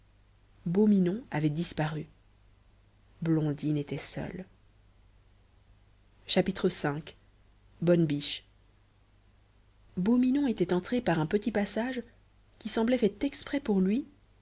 beau minon avait disparu blondine était seule v bonne biche beau minon était entré par un petit passage qui semblait fait exprès pour lui